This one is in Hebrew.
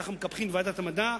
ככה מקפחים את ועדת המדע,